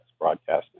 broadcasting